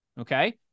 okay